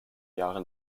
jahre